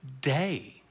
day